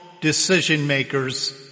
decision-maker's